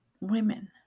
women